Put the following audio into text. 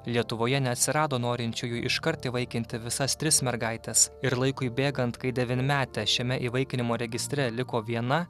lietuvoje neatsirado norinčiųjų iškart įvaikinti visas tris mergaites ir laikui bėgant kai devynmetė šiame įvaikinimo registre liko viena